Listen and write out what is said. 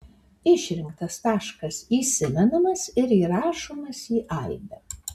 išrinktas taškas įsimenamas ir įrašomas į aibę